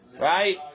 Right